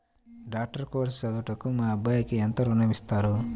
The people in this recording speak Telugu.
డాక్టర్ కోర్స్ చదువుటకు మా అబ్బాయికి ఎంత ఋణం ఇస్తారు?